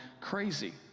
crazy